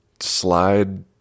slide